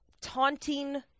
taunting